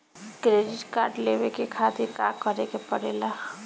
Credit card लेवे के खातिर का करेके पड़ेला?